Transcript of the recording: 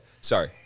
sorry